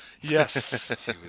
Yes